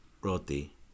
roti